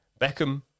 Beckham